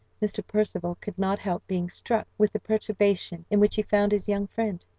mr. percival could not help being struck with the perturbation in which he found his young friend.